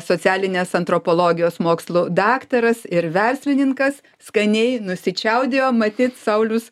socialinės antropologijos mokslų daktaras ir verslininkas skaniai nusičiaudėjo matyt saulius